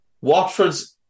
Watford's